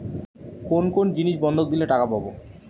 কোন কোন জিনিস বন্ধক দিলে টাকা পাব?